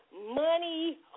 money